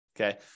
okay